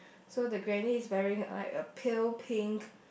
so the granny is wearing like a pale pink